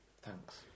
Thanks